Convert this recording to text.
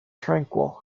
tranquil